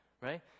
Right